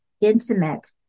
intimate